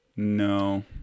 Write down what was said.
No